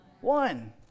one